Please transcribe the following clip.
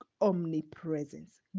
omnipresence